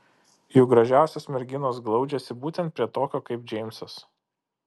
juk gražiausios merginos glaudžiasi būtent prie tokio kaip džeimsas